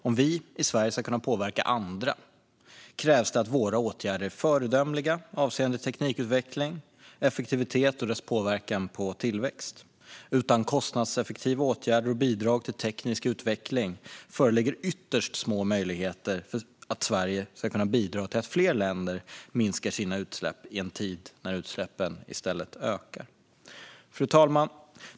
Om vi i Sverige ska kunna påverka andra krävs det att våra åtgärder är föredömliga avseende teknikutveckling, effektivitet och påverkan på tillväxt. Utan kostnadseffektiva åtgärder och bidrag till teknisk utveckling föreligger ytterst små möjligheter för Sverige att bidra till att fler länder minskar sina utsläpp i en tid när utsläppen i stället ökar. Fru talman!